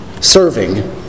serving